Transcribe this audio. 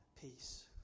peace